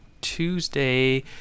Tuesday